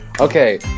okay